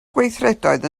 gweithredoedd